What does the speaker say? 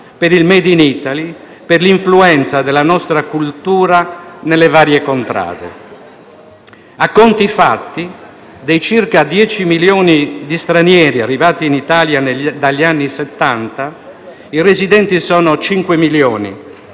per il *made in Italy*, per l'influenza della nostra cultura nelle varie contrade. A conti fatti, dei circa 10 milioni di stranieri arrivati in Italia dagli anni Settanta, i residenti sono 5 milioni,